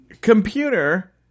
Computer